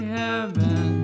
heaven